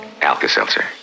Alka-Seltzer